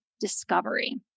discovery